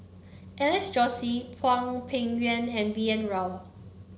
Alex Josey Hwang Peng Yuan and B N Rao